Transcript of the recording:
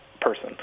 person